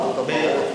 בטח.